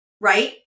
right